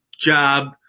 job